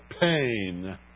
pain